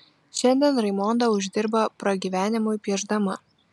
šiandien raimonda uždirba pragyvenimui piešdama